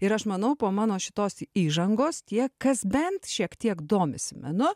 ir aš manau po mano šitos įžangos tie kas bent šiek tiek domisi menu